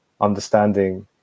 understanding